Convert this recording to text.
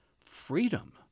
freedom